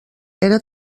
era